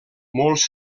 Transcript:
molts